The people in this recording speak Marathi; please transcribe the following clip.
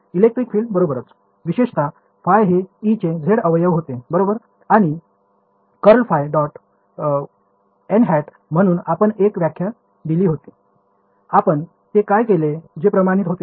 इलेक्ट्रिक फील्ड बरोबरच विशेषत ϕ हे E चे z अवयव होते बरोबर आणि ∇ϕ • nˆ म्हणून आपण एक व्याख्या दिली होती आपण ते काय केले जे प्रमाणित होते